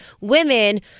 women